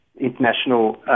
international